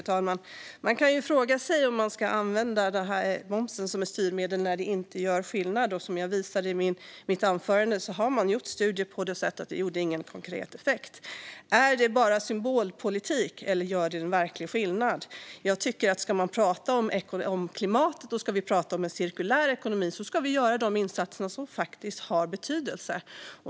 Fru talman! Man kan ju fråga sig om man ska använda momsen som ett styrmedel när det inte gör någon skillnad. Som jag sa i mitt anförande har det gjorts studier som visar att det inte gav någon konkret effekt. Är det bara symbolpolitik eller gör det verklig skillnad? Jag tycker att om man ska prata om klimatet och en cirkulär ekonomi ska man göra de insatser som faktiskt har betydelse.